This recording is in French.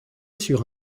sur